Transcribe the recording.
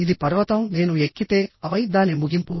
ఇది పర్వతం నేను ఎక్కితే ఆపై దాని ముగింపు